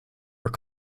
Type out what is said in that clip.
were